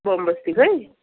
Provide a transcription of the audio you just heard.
bomb बस्तीकै